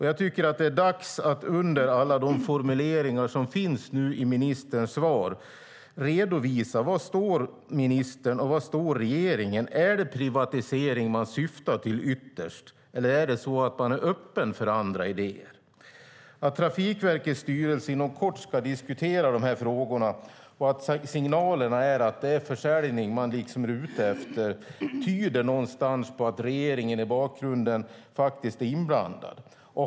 Jag tycker att det är dags att efter alla de formuleringar som finns i ministerns svar redovisa var ministern och regeringen står. Är det privatisering man ytterst syftar till eller är man öppen för andra idéer? Att Trafikverkets styrelse inom kort ska diskutera de här frågorna och att signalerna är att det är försäljning man är ute efter tyder någonstans på att regeringen i bakgrunden faktiskt är inblandad.